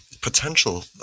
potential